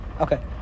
Okay